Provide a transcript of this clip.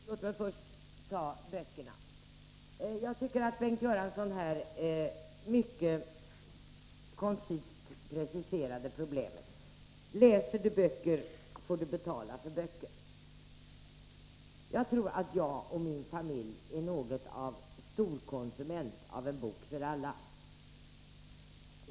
Herr talman! Låt mig först ta upp böckerna. Jag tycker att Bengt Göransson här mycket koncist preciserade problemet: Läser du böcker får du betala för böcker. Jag tror att jag och min familj är något av en storkonsument av En bok för alla.